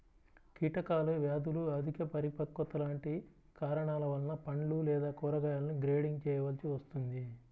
కీటకాలు, వ్యాధులు, అధిక పరిపక్వత లాంటి కారణాల వలన పండ్లు లేదా కూరగాయలను గ్రేడింగ్ చేయవలసి వస్తుంది